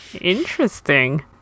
Interesting